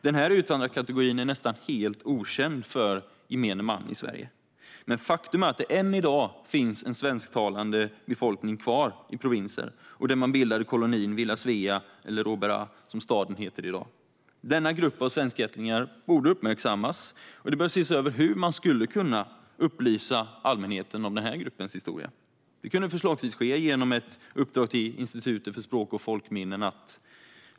Denna utvandrarkategori är nästan helt okänd för gemene man i Sverige, men faktum är att det än i dag finns en svensktalande befolkning kvar i provinsen, där man bildade kolonin Villa Svea eller Oberá, som staden heter i dag. Denna grupp av svenskättlingar bör uppmärksammas, och det bör ses över hur man skulle kunna upplysa allmänheten om deras historia. Detta kunde förslagsvis ske genom ett uppdrag till Institutet för språk och folkminnen.